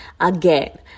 again